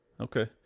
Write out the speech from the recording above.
Okay